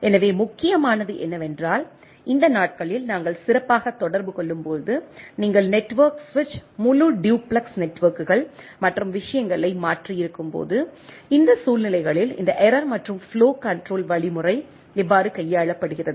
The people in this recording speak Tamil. எனவே முக்கியமானது என்னவென்றால் இந்த நாட்களில் நாங்கள் சிறப்பாக தொடர்பு கொள்ளும்போது நீங்கள் நெட்வொர்க் சுவிட்ச் முழு டுயுப்லெக்ஸ் நெட்வொர்க்குகள் மற்றும் விஷயங்களை மாற்றியிருக்கும்போது இந்த சூழ்நிலைகளில் இந்த எரர் மற்றும் ஃப்ளோ கண்ட்ரோல் வழிமுறை எவ்வாறு கையாளப்படுகிறது